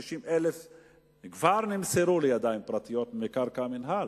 50,000 60,000 כבר נמסרו לידיים פרטיות מקרקע המינהל.